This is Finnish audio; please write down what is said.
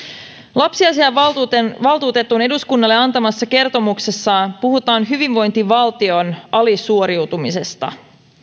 lapsiasiainvaltuutetun eduskunnalle antamassa kertomuksessa puhutaan hyvinvointivaltion alisuoriutumisesta